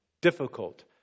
Difficult